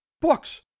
Books